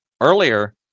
earlier